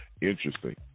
Interesting